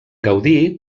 gaudí